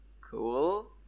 cool